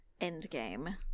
endgame